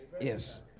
Yes